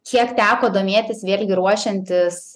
kiek teko domėtis vėlgi ruošiantis